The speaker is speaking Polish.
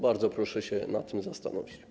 Bardzo proszę się nad tym zastanowić.